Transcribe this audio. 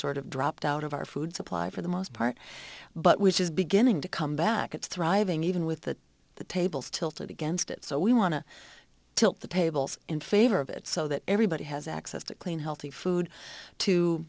sort of dropped out of our food supply for the most part but which is beginning to come back it's thriving even with the tables tilted against it so we want to tilt the tables in favor of it so that everybody has access to clean healthy food to